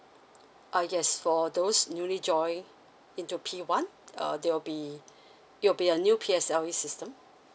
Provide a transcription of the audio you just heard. ah yes for those newly join into p one uh there will be it will be a new P_S_L_E system